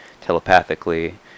telepathically